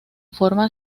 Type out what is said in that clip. forma